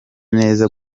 neza